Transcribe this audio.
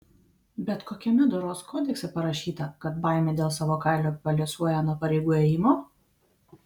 bet kokiame doros kodekse parašyta kad baimė dėl savo kailio paliuosuoja nuo pareigų ėjimo